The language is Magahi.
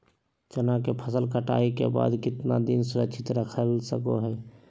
चना की फसल कटाई के बाद कितना दिन सुरक्षित रहतई सको हय?